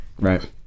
Right